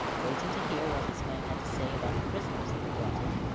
waiting to hear what his men had to say about the prisoners they had brought in.